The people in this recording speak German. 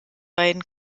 beiden